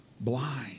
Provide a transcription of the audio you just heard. blind